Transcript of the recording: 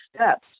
steps